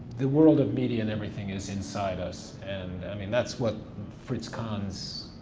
the world of media and everything is inside us and i mean that's what fritz kahn's